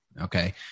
Okay